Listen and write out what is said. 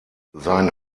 sein